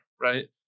right